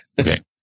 okay